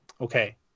okay